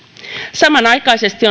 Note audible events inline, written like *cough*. samanaikaisesti *unintelligible*